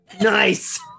Nice